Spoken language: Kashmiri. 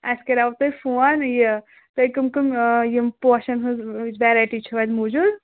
اَسہِ کریٛاو تۅہہِ فون یہِ تُہۍ کَم کَم یِم پوشن ہٕنٛز ویٚرایٹی چھَوٕ اتہِ موٗجوٗد